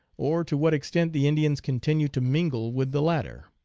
or to what extent the indians continue to mingle with the latter.